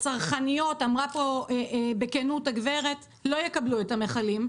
הצרכניות לא יקבלו את המכלים.